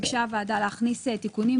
ביקשה הוועדה להכניס תיקונים.